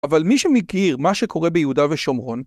אבל מי שמכיר מה שקורה ביהודה ושומרון